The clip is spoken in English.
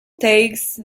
takes